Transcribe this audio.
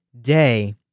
day